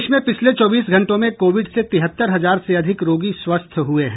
देश में पिछले चौबीस घंटों में कोविड से तिहत्तर हजार से अधिक रोगी स्वस्थ हुए हैं